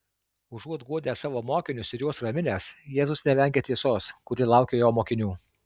užuot guodęs savo mokinius ir juos raminęs jėzus nevengia tiesos kuri laukia jo mokinių